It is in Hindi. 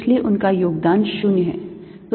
इसलिए उनका योगदान 0 हैं